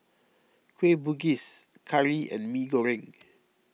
Kueh Bugis Curry and Mee Goreng